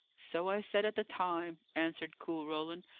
so i said at the time, answered cool roland.